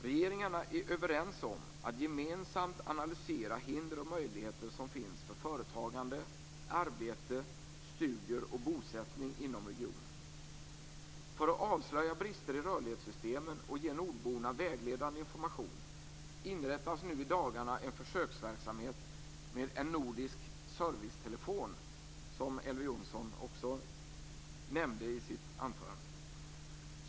Regeringarna är överens om att gemensamt analysera hinder och möjligheter som finns för företagande, arbete, studier och bosättning inom regionen. För att avslöja brister i rörlighetssystemen och ge nordborna vägledande information inrättas nu i dagarna en försöksverksamhet men en nordisk servicetelefon, som Elver Jonsson också nämnde i sitt anförande.